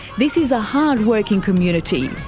this is a hard working community,